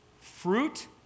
fruit